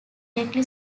directly